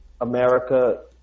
america